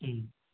अँ